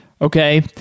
Okay